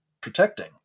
protecting